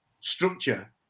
structure